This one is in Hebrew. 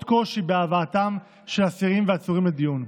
קושי בהבאתם של אסירים ועצורים לדיון.